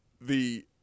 the-